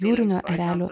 jūrinio erelio